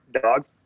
dogs